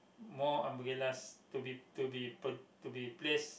more umbrellas to be to be p~ to be placed